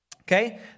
Okay